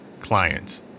clients